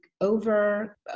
over